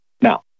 Now